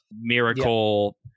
miracle